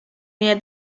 near